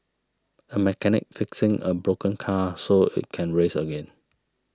a mechanic fixing a broken car so it can race again